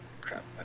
Crap